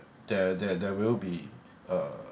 there there there will be uh